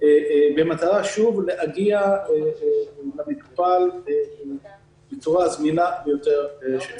במטרה להגיע למטופל בצורה הזמינה ביותר שאפשר.